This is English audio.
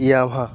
Yamaha